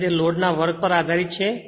અને તે લોડના વર્ગ પર આધારીત છે